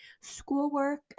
schoolwork